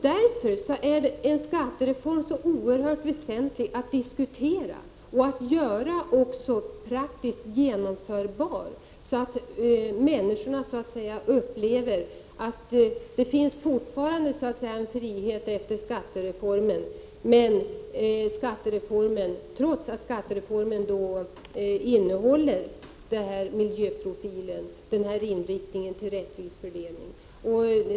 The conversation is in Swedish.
Därför är en skattereform också oerhört väsentlig att diskutera och att göra praktiskt genomförbar, så att människorna upplever att det fortfarande finns en frihet efter skattereformen, så att säga, trots att skattereformen innehåller denna miljöprofil och en inriktning mot en rättvis fördelning.